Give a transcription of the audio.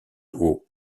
haut